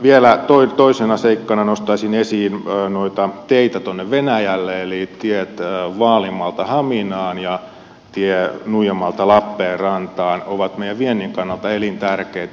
vielä toisena seikkana nostaisin esiin noita teitä tuonne venäjälle eli tiet vaalimaalta haminaan ja tie nuijamaalta lappeenrantaan ovat meidän vientimme kannalta elintärkeitä